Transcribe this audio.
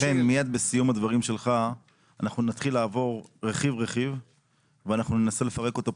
לכן מיד בסיום הדברים שלך אנחנו נתחיל לעבור רכיב-רכיב וננסה לפרק אותו,